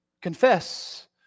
Confess